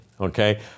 Okay